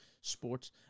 sports